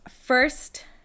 first